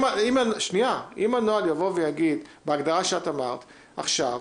אם הנוהל יבוא ויגיד בהגדרה שאת אמרת עכשיו,